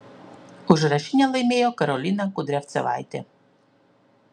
užrašinę laimėjo karolina kudriavcevaitė